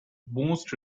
most